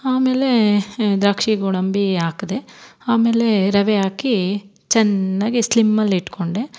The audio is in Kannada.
ಆಮೇಲೆ ದ್ರಾಕ್ಷಿ ಗೋಡಂಬಿ ಹಾಕ್ದೆ ಆಮೇಲೆ ರವೆ ಹಾಕಿ ಚೆನ್ನಾಗೆ ಸ್ಲಿಮ್ಮಲ್ಲಿಟ್ಕೊಂಡೆ